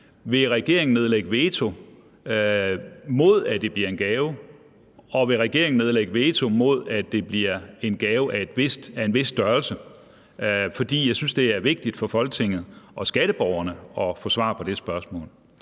Vil regeringen nedlægge veto mod, at det bliver en gave, og vil regeringen nedlægge veto mod, at det bliver en gave af en vis størrelse? For jeg synes, det er vigtigt for Folketinget og skatteborgerne at få svar på det spørgsmål.